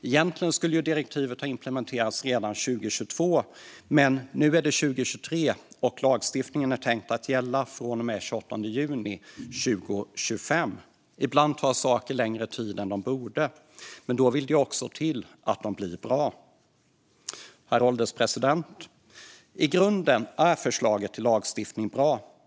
Egentligen skulle direktivet ha implementerats redan 2022, men nu är det 2023 och lagstiftningen är tänkt att gälla från och med den 28 juni 2025. Ibland tar saker längre tid än de borde. Då vill det till att de blir bra. Herr ålderspresident! I grunden är förslaget till lagstiftning bra.